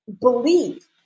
believe